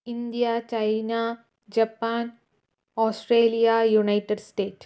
India China Japan Australia united state